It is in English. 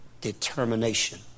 determination